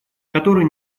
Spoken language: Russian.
который